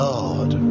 Lord